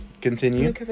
continue